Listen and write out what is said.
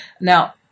Now